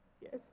Yes